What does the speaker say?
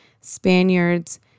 Spaniards